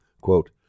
Quote